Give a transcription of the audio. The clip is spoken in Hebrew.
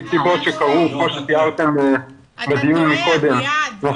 אתה טועה, אביעד.